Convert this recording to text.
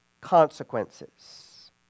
consequences